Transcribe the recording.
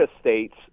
states